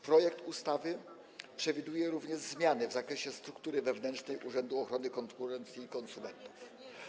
Projekt ustawy przewiduje również zmiany w zakresie struktury wewnętrznej Urzędu Ochrony Konkurencji i Konsumentów.